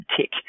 tick